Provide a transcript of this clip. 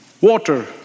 water